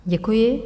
Děkuji.